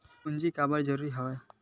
पूंजी काबर जरूरी हवय?